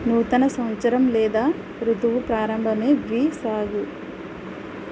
నూతన సంవత్సరం లేదా రుతువు ప్రారంభమే బ్వి సాగు